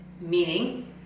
meaning